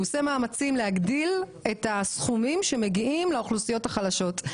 והוא עושה מאמצים להגדיל את הסכומים שמגיעים לאוכלוסיות החלשות.